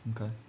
Okay